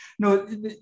No